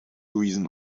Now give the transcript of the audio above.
reason